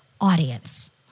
audience